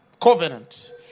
covenant